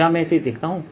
क्या मैं इसे देखता हूँ